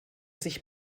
sich